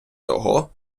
його